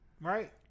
right